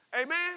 Amen